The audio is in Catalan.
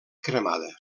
cremada